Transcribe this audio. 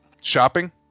Shopping